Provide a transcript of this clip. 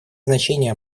значение